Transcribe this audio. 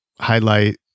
highlight